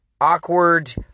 awkward